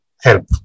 help